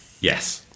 Yes